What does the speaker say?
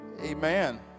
Amen